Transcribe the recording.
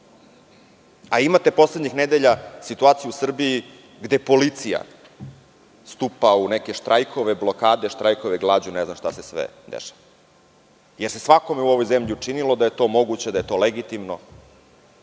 ništa. Imate poslednjih nedelja situaciji u Srbiji gde policija stupa u neke štrajkove, blokade, štrajkove glađu, ne znam šta se sve dešava, jer se svakome u ovoj učinilo da je to moguće, da je to legitimno,